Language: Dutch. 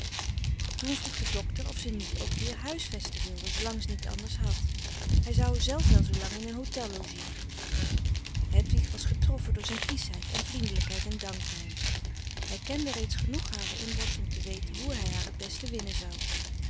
toen vroeg de docter of ze niet ook hier huisvesten wilde zoolang ze niet anders had hij zelf zou wel zoolang in een hotel logeeren hedwig was getroffen door zijn kieschheid en vriendelijkheid en dankte hem hij kende reeds genoeg hare inborst om te weten hoe hij haar t beste winnen zou